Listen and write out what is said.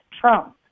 Trump